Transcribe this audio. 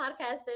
podcasters